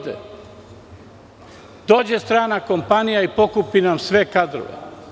Dođe strana kompanija i pokupi nam sve kadrove.